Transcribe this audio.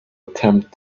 attempt